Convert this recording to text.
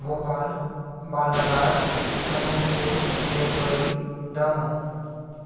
Bhopal Balaghat Anuppur Dindori Damoh